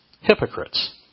hypocrites